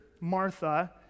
Martha